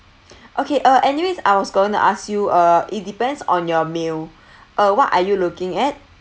okay uh anyways I was going to ask you uh it depends on your meal uh what are you looking at